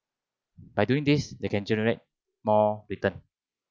by doing this they can generate more return